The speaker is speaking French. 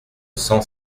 cent